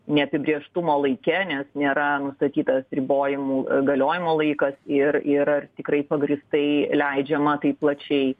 neapibrėžtumo laike nes nėra nustatytas ribojimų galiojimo laikas ir ir ar tikrai pagrįstai leidžiama taip plačiai